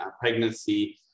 pregnancy